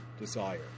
desire